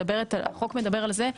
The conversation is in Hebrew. החוק מדבר על זה,